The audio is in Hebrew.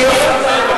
מי זה המדינה?